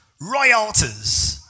royalties